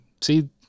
See